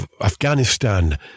Afghanistan